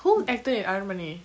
who acted in aranmanai